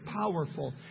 powerful